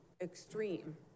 extreme